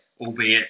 Albeit